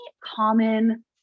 common